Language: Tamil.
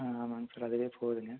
ம் ஆமாம்ங்க சார் அதுவே போதுங்க